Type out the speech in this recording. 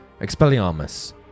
Expelliarmus